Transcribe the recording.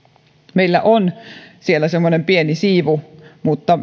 meillä on siellä semmoinen pieni siivu mutta